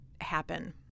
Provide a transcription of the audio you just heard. happen